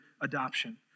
adoption